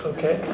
Okay